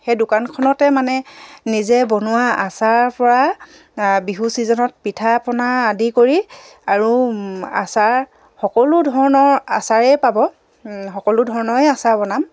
সেই দোকানখনতে মানে নিজে বনোৱা আচাৰৰপৰা বিহু ছিজনত পিঠা পনা আদি কৰি আৰু আচাৰ সকলো ধৰণৰ আচাৰেই পাব সকলো ধৰণৰে আচাৰ বনাম